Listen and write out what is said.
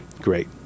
great